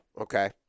Okay